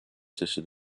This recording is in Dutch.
tussen